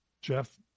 Jeff